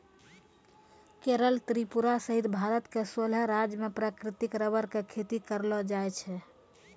केरल त्रिपुरा सहित भारत के सोलह राज्य मॅ प्राकृतिक रबर के खेती करलो जाय छै